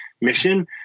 mission